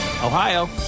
Ohio